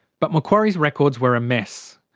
but macquarie's records were a mess.